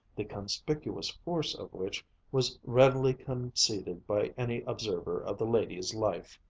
the conspicuous force of which was readily conceded by any observer of the lady's life.